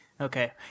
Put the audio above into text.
Okay